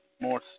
more